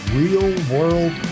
real-world